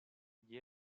gli